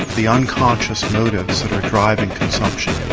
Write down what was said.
the unconscious motives that are driving consumption.